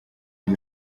nzu